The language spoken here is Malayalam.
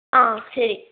അ ശരി